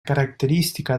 característica